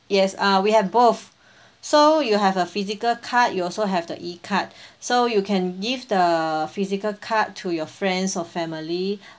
yes uh we have both so you have a physical card you also have the e card so you can give the physical card to your friends or family